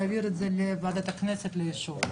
נא להעביר את זה לוועדת הכנסת לאישור.